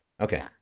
Okay